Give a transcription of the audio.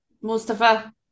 Mustafa